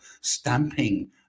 stamping